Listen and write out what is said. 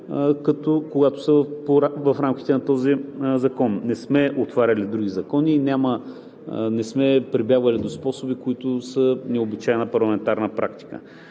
когато са в рамките на този закон. Не сме отваряли други закони, не сме прибягвали до способи, които са необичайна парламентарна практика.